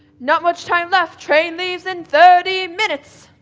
not much time left. train leaves in thirty minutes.